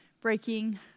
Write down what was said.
breaking